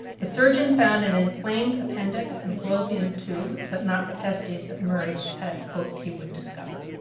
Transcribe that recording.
the surgeon found an inflamed appendix and fallopian tube, but not the testes that murray had hoped he would discover.